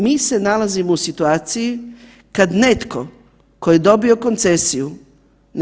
Mi se nalazimo u situaciji kad netko tko je dobio koncesiju ne